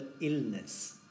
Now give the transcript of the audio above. illness